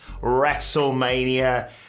WrestleMania